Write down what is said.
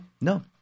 no